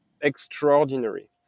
extraordinary